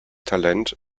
talent